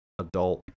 adult